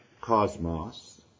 cosmos